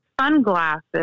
sunglasses